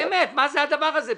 באמת, מה זה הדבר הזה?